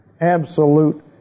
Absolute